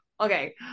okay